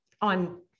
on